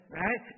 right